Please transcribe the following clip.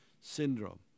syndrome